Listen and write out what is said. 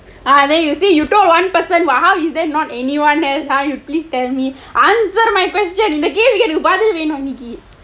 ah there you see you told one person [what] how is that not anyone !huh! you please tell me answer my question இந்த கேள்விக்கு எனக்கு பதில் வேண்டும் இன்றைக்கு :intha kaelvikku enakku pathil vaendum indraikku